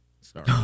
Sorry